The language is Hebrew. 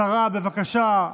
השרה, בבקשה.